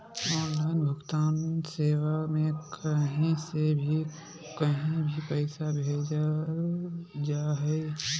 online भुगतान सेवा में कही से भी कही भी पैसा भेजल जा हइ